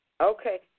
Okay